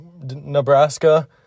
Nebraska